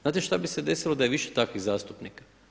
Znate što bi se desilo da je više takvih zastupnika?